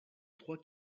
trois